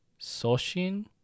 Soshin